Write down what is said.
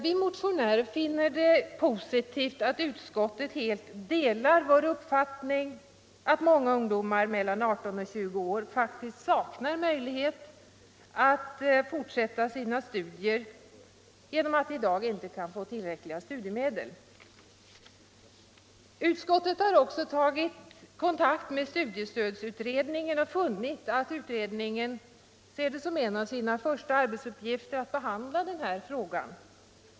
Vi motionärer finner det positivt att utskottet helt delar vår uppfattning att många ungdomar mellan 18 och 20 år faktiskt saknar möjlighet att fortsätta sina studier genom att de i dag inte kan få tillräckliga studiemedel. Utskottet har också tagit kontakt med studiestödsutredningen och funnit att utredningen ser det som en av sina första arbetsuppgifter att behandla denna fråga.